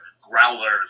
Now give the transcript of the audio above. Growlers